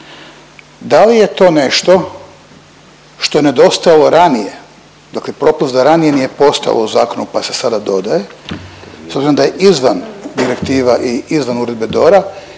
Da li je to nešto što je nedostajalo ranije dakle propust da ranije nije postojalo u zakonu pa se sada dodaje s obzirom da je izvan direktiva i izvan Uredbe DORA